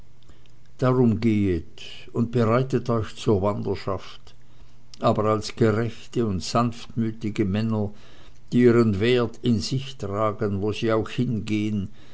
darum gehet und bereitet euch zur wanderschaft aber als gerechte und sanftmütige männer die ihren wert in sich tragen wo sie auch hingehen